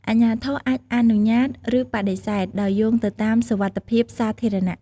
អាជ្ញាធរអាចអនុញ្ញាត ឬបដិសេធ ដោយយោងទៅតាមសុវត្ថិភាពសាធារណៈ។